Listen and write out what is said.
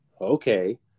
okay